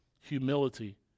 Humility